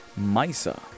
Misa